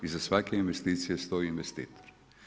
Iza svake investicije stoji investitor.